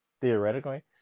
theoretically